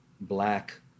Black